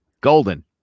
Golden